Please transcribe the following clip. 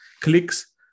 clicks